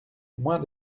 moins